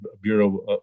bureau